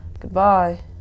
Goodbye